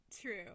true